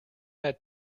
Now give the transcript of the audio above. had